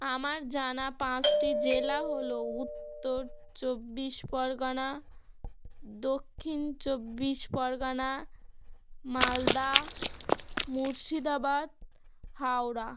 আমার জানা পাঁচটি জেলা হলো উত্তর চব্বিশ পরগনা দক্ষিণ চব্বিশ পরগনা মালদা মুর্শিদাবাদ হাওড়া